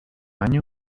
año